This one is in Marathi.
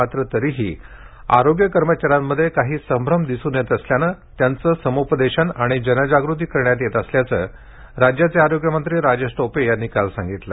मात्र तरीही आरोग्य कर्मचाऱ्यांमध्ये काही संभ्रम दिसून येत असल्यामुळे त्यांचं समुपदेशन आणि जनजागृती करण्यात येत असल्याचं राज्याचे आरोग्य मंत्री राजेश टोपे यांनी काल सांगितलं